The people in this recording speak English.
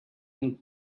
and